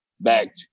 Back